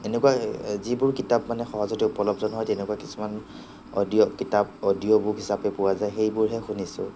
এনেকুৱা যিবোৰ কিতাপ মানে সহজতে উপলব্ধ নহয় তেনেকুৱা কিছুমান অডিঅ' কিতাপ অডিঅ'বুক হিচাপে পোৱা যায় সেইবোৰহে শুনিছোঁ